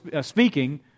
speaking